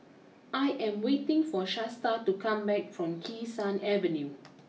I am waiting for Shasta to come back from Kee Sun Avenue